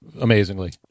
amazingly